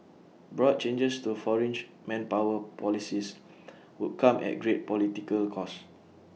broad changes to foreign manpower policies would come at great political cost